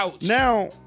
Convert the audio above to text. now